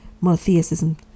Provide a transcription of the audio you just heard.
monotheism